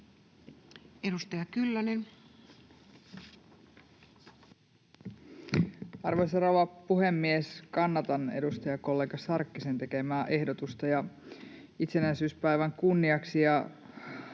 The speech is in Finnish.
Edustaja Kyllönen. Arvoisa rouva puhemies! Kannatan edustajakollega Sarkkisen tekemää ehdotusta. Ja itsenäisyyspäivän kunniaksi